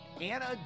Anna